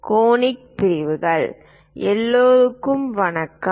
conic பிரிவுகள் பயிற்சி நான் எல்லோருக்கும் வணக்கம்